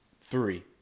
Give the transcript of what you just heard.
Three